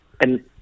And-